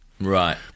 Right